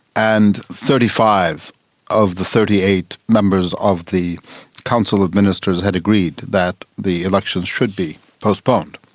and thirty five of the thirty eight members of the council of ministers had agreed that the elections should be postponed.